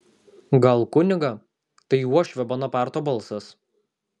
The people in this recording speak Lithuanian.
gal kunigą tai uošvio bonaparto balsas